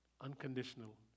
unconditional